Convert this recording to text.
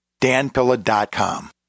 danpilla.com